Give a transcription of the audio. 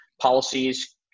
policies